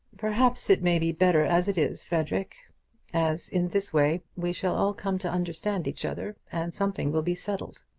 perhaps it may be better as it is, frederic as in this way we shall all come to understand each other, and something will be settled.